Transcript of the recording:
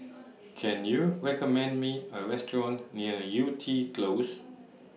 Can YOU recommend Me A Restaurant near Yew Tee Close